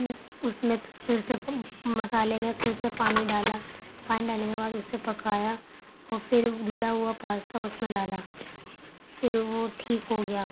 اُس میں پھر سے مسالے میں پھر سے پانی ڈالا پانی ڈالنے کے بعد اُسے پکایا اور پھر دھلا ہُوا پاستا اُس میں ڈالا پھر وہ ٹھیک ہو گیا